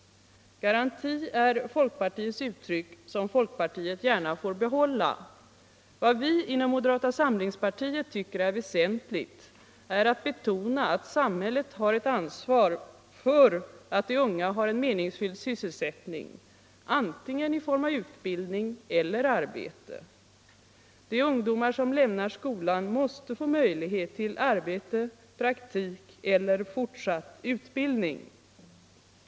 Garanti är folkpartiets uttryck, som folkpartiet gärna får behålla: Vad vi inom moderata samlingspartiet tycker är väsentligt är att betona att samhället har ett ansvar för att de unga har en meningsfylld sysselsättning i form av antingen utbildning eller arbete. De ungdomar som lämnar skolan måste få möjlighet till arbete, praktik eller fortsatt utbildning.